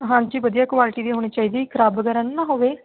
ਹਾਂਜੀ ਵਧੀਆ ਕੋਆਲਟੀ ਦੀ ਹੋਣੀ ਚਾਹੀਦੀ ਖ਼ਰਾਬ ਵਗੈਰਾ ਨੀ ਨਾ ਹੋਵੇ